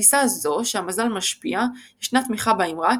לתפיסה זו שהמזל משפיע ישנה תמיכה באימרה,